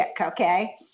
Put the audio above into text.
okay